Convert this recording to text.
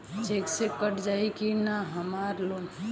Check से cut जाई की ना हमार लोन?